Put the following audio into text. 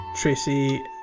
Tracy